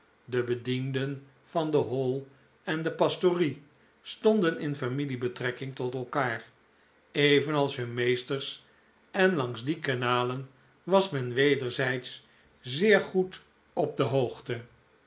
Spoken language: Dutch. de bedienden van de hall en de pastorie stonden in familiebetrekking tot elkaar evenals hun meesters en langs die kanalen was men wederzijds zeer goed op de hoogte